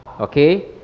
okay